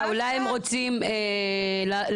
אולי הם רוצים לתת,